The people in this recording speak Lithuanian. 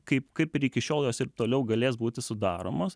kaip kaip ir iki šiol jos ir toliau galės būti sudaromos